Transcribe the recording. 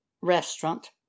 restaurant